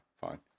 fine